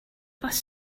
bus